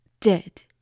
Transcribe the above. Dead